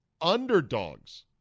underdogs